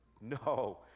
No